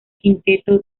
quinteto